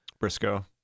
Briscoe